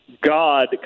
God